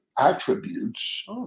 attributes